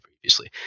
previously